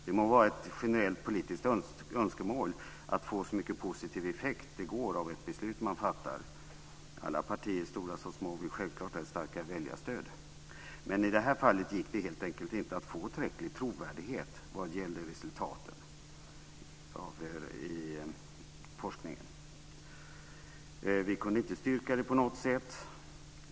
Det må vara ett generellt politiskt önskemål att få så mycket positiv effekt det går av ett beslut. Alla partier, stora som små, vill ha starkt väljarstöd. I det här fallet gick det inte att få tillräcklig trovärdighet vad gäller resultaten i forskningen. Vi kunde inte styrka detta på något sätt.